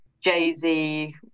Jay-Z